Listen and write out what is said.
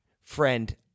friend